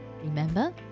Remember